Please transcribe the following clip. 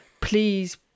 please